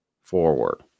forward